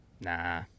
Nah